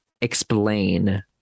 explain